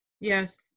Yes